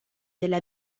della